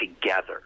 together